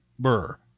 Burr